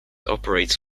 operates